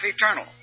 eternal